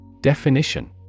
Definition